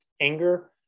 anger